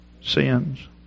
sins